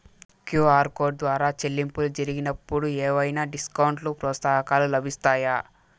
QR code ద్వారా చెల్లింపులు జరిగినప్పుడు ఏవైనా డిస్కౌంట్ లు, ప్రోత్సాహకాలు లభిస్తాయా?